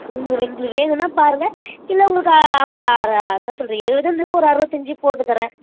உங்கள் உங்களுக்கு வேணுன்னால் பாருங்கள் இல்லை உங்களுக்கு அம்ப அற என்ன சொல்கிறீங்க எழுபத்தஞ்சில ஒரு அறுபத்தஞ்சி போட்டுத்தரேன்